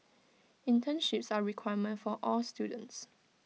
internships are A requirement for all students